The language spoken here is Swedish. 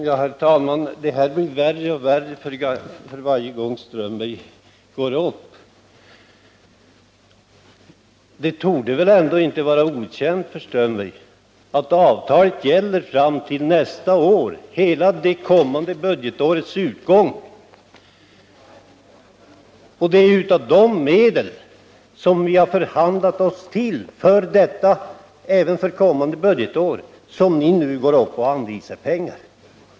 Herr talman! Det blir värre och värre för varje gång Håkan Strömberg tar till orda. Det torde väl ändå inte vara okänt för Håkan Strömberg att avtalet gäller till det kommande budgetårets utgång. Det är av de medel som vi har förhandlat oss till för kommande budgetår som ni nu anvisar pengar.